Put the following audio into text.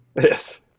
Yes